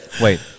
wait